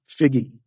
Figgy